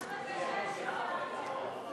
השר אמר ועדת חינוך.